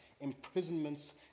imprisonments